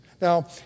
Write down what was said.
Now